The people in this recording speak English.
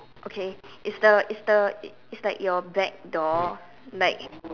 okay is the is the is like your back door like